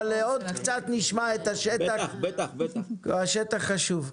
אבל עוד קצת נשמע את השטח כי השטח חשוב.